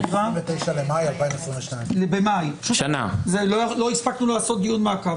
29 במאי 2022. לא הספקנו לעשות דיון מעקב.